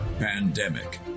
pandemic